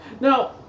Now